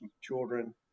children